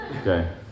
Okay